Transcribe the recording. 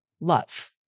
love